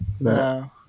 No